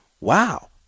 wow